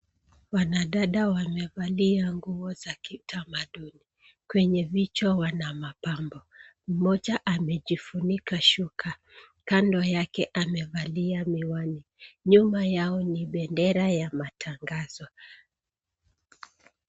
Wanadada wamevalia nguo za kitamaduni kwenye vichwa wana mapambo, moja amejifunika shuka kando yake amevalia miwani. Nyuma yao ni bendera ya matangazo.